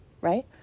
right